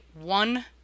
one-